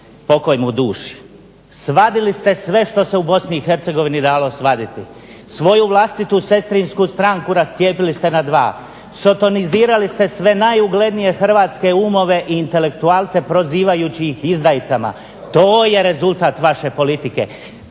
Pokoj mu duši. Svadili ste sve što se u BiH dalo svaditi. Svoju vlastitu sestrinsku stranku rascijepili ste na dva, sotonizirali ste sve najuglednije hrvatske umove i intelektualce prozivajući ih izdajicama to je rezultat vaše politike.